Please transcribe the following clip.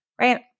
right